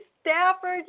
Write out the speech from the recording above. Stafford